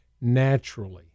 naturally